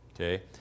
Okay